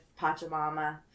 Pachamama